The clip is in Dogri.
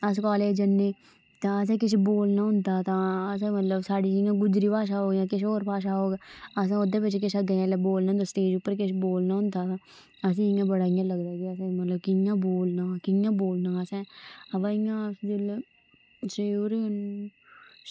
अस कालेज जन्ने तां असें किश बोलना होंदा तां साढ़ी मतलब गोजरी भाशा होग जां किश होर होग अस ओह्दे अग्गें अगर किश बोलने होन्ने ते स्टेज़ उप्पर किश बोलना होंदा असेंगी इं'या बड़ा किश लगदा कि कि'यां बोलना कि'यां बोलना असें बा इं'या आखदे न कि जरूरी